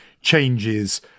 changes